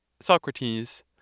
Socrates